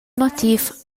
motiv